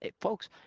Folks